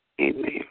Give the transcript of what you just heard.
Amen